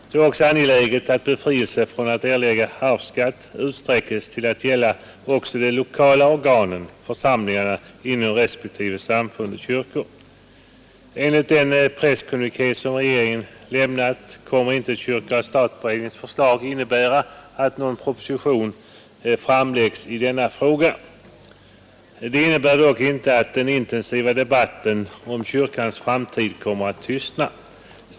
Det är också angeläget att befrielsen från erläggandet av arvsskatt utsträckes till att gälla också de lokala organen, ”församlingarna”, inom respektive samfund och kyrkor. Enligt den presskommuniké som regeringen har lämnat kommer kyrka—stat-beredningens förslag inte att medföra att någon proposition framläggs i denna fråga. Detta innebär dock inte att den intensiva debatten om kyrkans framtid kommer att tystna.